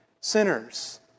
sinners